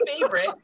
favorite